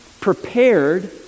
prepared